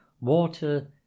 Water